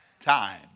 time